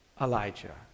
Elijah